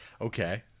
Okay